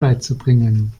beizubringen